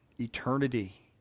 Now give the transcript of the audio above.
Eternity